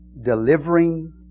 delivering